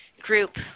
group